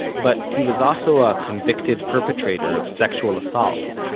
but he was also a convicted perpetrator of sexual assault.